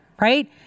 right